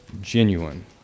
genuine